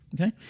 Okay